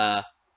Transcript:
uh